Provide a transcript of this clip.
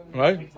right